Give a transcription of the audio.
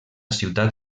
ciutat